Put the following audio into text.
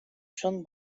چون